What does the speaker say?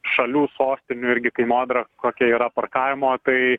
šalių sostinių irgi kainodarą kokia yra parkavimo tai